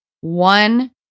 one